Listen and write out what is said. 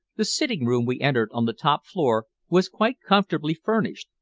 the sitting-room we entered on the top floor was quite comfortably furnished,